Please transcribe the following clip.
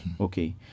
okay